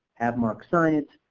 have mark sign it,